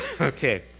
Okay